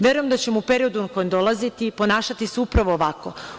Verujem da ćemo u periodu koje dolazi, ponašati se upravo ovako.